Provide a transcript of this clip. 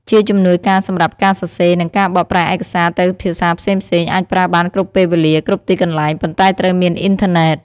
ជាជំនួយការសំរាប់ការសរសេរ និងការបកប្រែឯកសារទៅភាសាផ្សេងៗ អាចប្រើបានគ្រប់ពេលវេលា គ្រប់ទីកន្លែង ប៉ុន្តែត្រូវមានអ៊ីនធឺណេត។